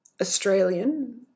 Australian